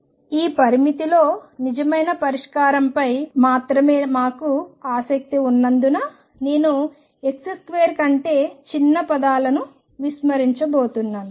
ఈ పరిమితిలో నిజమైన పరిష్కారంపై మాత్రమే మాకు ఆసక్తి ఉన్నందున నేను x2 కంటే చిన్న పదాలను విస్మరించబోతున్నాను